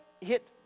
hit